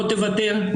לא תוותר?